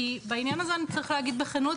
כי בעניין הזה צריך להגיד בכנות,